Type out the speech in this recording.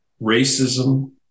racism